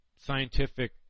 scientific